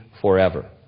forever